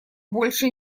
больше